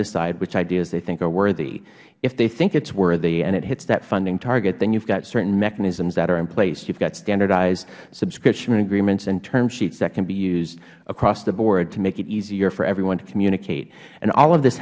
decide which ideas they think are worthy if they think it's worthy and it hits that funding target then you've got certain mechanisms that are in place you've got standardized subscription review agreements and term sheets that can be used across the board to make it easier for everyone to communicate and all of this